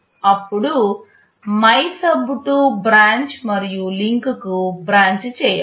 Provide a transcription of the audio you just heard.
అప్పుడు MYSUB2 branch మరియు link కు బ్రాంచ్ చేయాలి